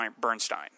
Bernstein